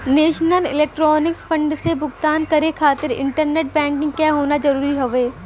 national electronics fund से भुगतान करे खातिर इंटरनेट बैंकिंग क होना जरुरी हउवे